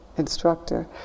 instructor